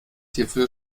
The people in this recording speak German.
hierfür